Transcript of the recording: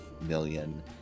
million